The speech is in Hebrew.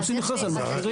הם עושים מכרז על מכשירים.